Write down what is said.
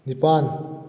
ꯅꯤꯄꯥꯜ